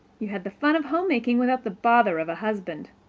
you had the fun of homemaking without the bother of a husband.